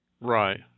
Right